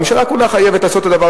הממשלה כולה חייבת לעשות את זה.